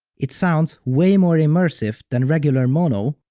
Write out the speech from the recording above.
it sounds way more immersive than regular mono,